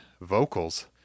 vocals